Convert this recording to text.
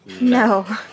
No